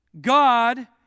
God